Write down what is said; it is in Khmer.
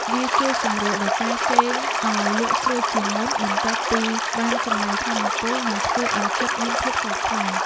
វាជួយសម្រួលដល់ការគេងឱ្យលក់ស្រួលជាងមុន បន្ទាប់ពីបានចំណាយថាមពល និងធ្វើឱ្យចិត្តមានភាពស្រស់ថ្លា។